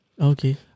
Okay